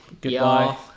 Goodbye